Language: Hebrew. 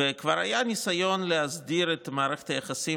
וכבר היה ניסיון להסדיר את מערכת היחסים